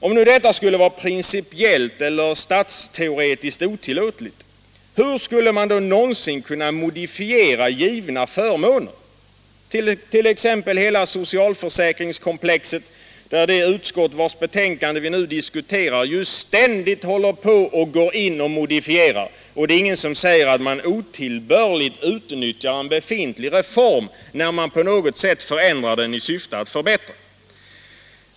Om detta skulle vara principiellt eller statsteoretiskt otillåtligt, hur skulle man då någonsin kunna modifiera givna förmåner, t.ex. hela socialförsäkringskomplexet där det utskott vars betänkande vi nu diskuterar ständigt går in och modifierar utan att någon säger att det otillbörligt utnyttjar en befintlig reform när det förändrar den i avsikt att förbättra den.